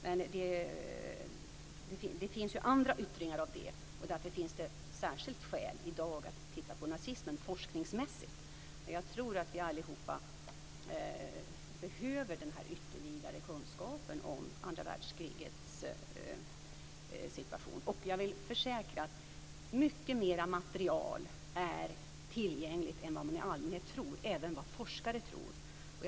Men det finns ju andra yttringar av den, och därför finns det särskilda skäl i dag att titta på nazismen forskningsmässigt. Jag tror att vi allihop behöver denna ytterligare kunskap om andra världskrigets situation. Jag vill försäkra er om att mycket mer material är tillgängligt än vad man i allmänhet tror, även mer än vad forskare tror.